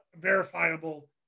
verifiable